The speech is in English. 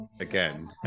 again